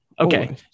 Okay